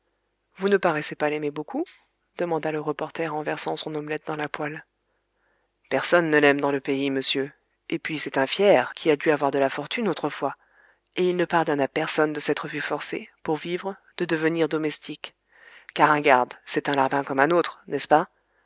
vous ne paraissez pas l'aimer demanda le reporter en versant son omelette dans la poêle personne ne l'aime dans le pays monsieur et puis c'est un fier qui a dû avoir de la fortune autrefois et il ne pardonne à personne de s'être vu forcé pour vivre de devenir domestique car un garde c'est un larbin comme un autre n'est-ce pas